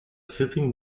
sitting